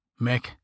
Mick